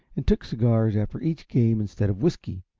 and took cigars after each game instead of whiskey,